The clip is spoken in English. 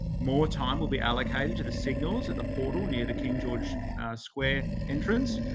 more time will be allocated to the signals at the portal near the king george square entrance,